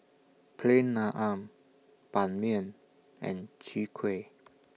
Plain Naan Ban Mian and Chwee Kueh